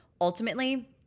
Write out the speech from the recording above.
Ultimately